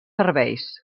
serveis